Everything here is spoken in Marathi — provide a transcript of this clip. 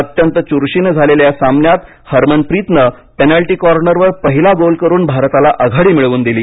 अत्यंत चुरशीनं झालेल्या या सामन्यात हरमनप्रीतने पेनल्टी कॉर्नरवर पहिला गोल करून भारताला आघाडी मिळवून दिली